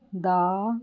ਦਾ